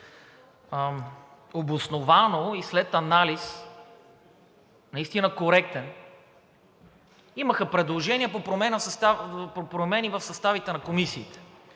обосновано и след анализ, наистина коректен, имаха предложение по промени в съставите на комисиите.